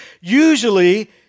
Usually